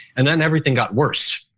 and then everything got worse,